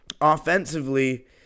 offensively